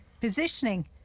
positioning